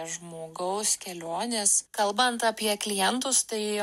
žmogaus kelionės kalbant apie klientus tai